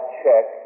check